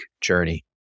journey